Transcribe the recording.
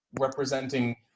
representing